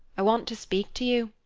i want to speak to you.